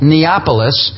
Neapolis